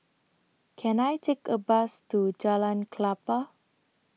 Can I Take A Bus to Jalan Klapa